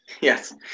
Yes